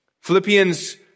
Philippians